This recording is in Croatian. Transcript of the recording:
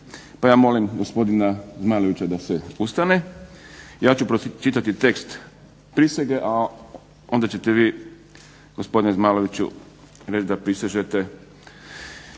pa ja molim gospodina Zmajlovića da se ustane. Ja ću pročitati tekst prisege, a onda ćete vi gospodine Zmajloviću reći da prisežete.